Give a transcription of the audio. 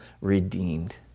redeemed